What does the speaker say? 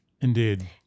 Indeed